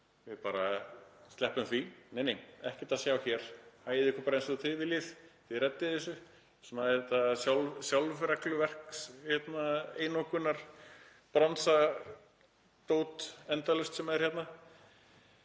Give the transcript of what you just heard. Við bara sleppum því. Nei, nei, ekkert að sjá hér, hagið ykkur bara eins og þið viljið. Þið reddið þessu. Svona er þetta sjálfregluverkseinokunarbransadót endalaust hérna.